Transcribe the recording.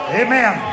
amen